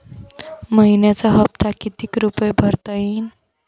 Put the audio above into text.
मइन्याचा हप्ता कितीक रुपये भरता येईल?